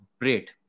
great